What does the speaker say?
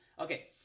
okay